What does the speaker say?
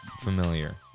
familiar